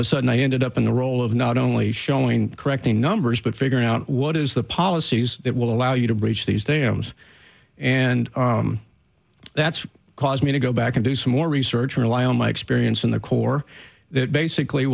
of a sudden i ended up in the role of not only showing correcting numbers but figuring out what is the policies that will allow you to bridge these dams and that's caused me to go back and do some more research rely on my experience in the corps that basically